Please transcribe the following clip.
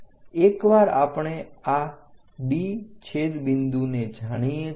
એકવાર આપણે આ D છેદ બિંદુને જાણીએ છીએ